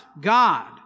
God